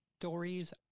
stories